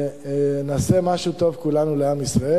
נעשה משהו טוב, כולנו, לעם ישראל.